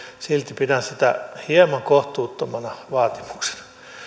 silti pidän sitä hieman kohtuuttomana vaatimuksena